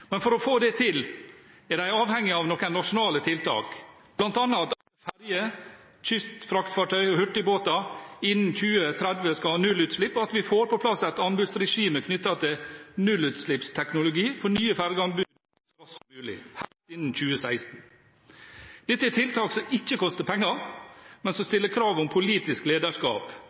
Men for å få det til er de avhengige av noen nasjonale tiltak, bl.a. at ferger, kystfraktfartøy og hurtigbåter innen 2030 skal ha nullutslipp og at vi får på plass et anbudsregime knyttet til nullutslippsteknologi for nye fergeanbud så raskt som mulig, helst innen 2016. Dette er tiltak som ikke koster penger, men som